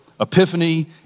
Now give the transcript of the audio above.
Epiphany